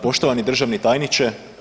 Poštovani državni tajniče.